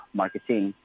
marketing